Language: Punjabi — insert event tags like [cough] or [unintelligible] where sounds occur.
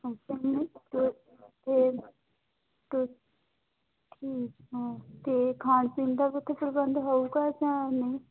[unintelligible] ਅਤੇ ਅਤੇ ਅਤੇ ਠੀਕ ਹੈ ਅਤੇ ਖਾਣ ਪੀਣ ਦਾ ਵੀ ਉੱਥੇ ਪ੍ਰਬੰਧ ਹੋਵੇਗਾ ਜਾਂ ਨਹੀਂ